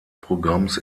programms